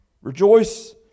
Rejoice